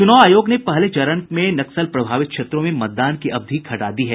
चुनाव आयोग ने पहले चरण में नक्सल प्रभावित क्षेत्रों में मतदान की अवधि घटा दी है